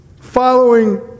following